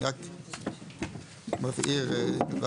אני רק מבהיר את הדברים.